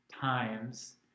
times